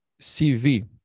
CV